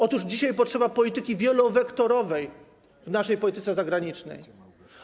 Otóż dzisiaj potrzeba polityki wielowektorowej w naszej polityce zagranicznej.